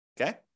Okay